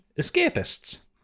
escapists